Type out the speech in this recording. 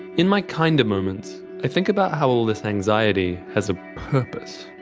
in my kinder moments i think about how all this anxiety has a purpose,